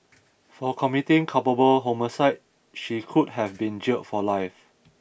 for committing culpable homicide she could have been jailed for life